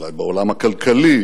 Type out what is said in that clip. אולי בעולם הכלכלי,